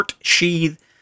sheath